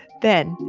then,